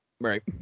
Right